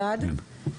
אלעד,